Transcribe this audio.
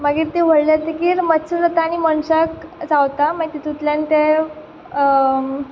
मागीर तीं व्हडलीं जातगीर मच्छर जाता आणी मनशाक चावता मागीर तितूंतल्यान ते